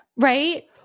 Right